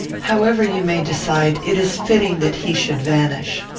however you may decide, it is fitting that he should vanish.